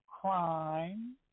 crime